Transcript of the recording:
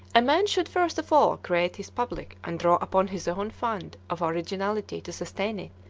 a man should first of all create his public and draw upon his own fund of originality to sustain it,